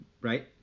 Right